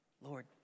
Lord